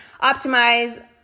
optimize